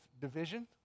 division